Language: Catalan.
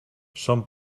son